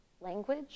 language